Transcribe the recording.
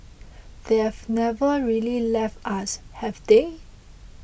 they have never really left us have they